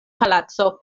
palaco